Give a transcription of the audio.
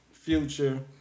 Future